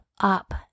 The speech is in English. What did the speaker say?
up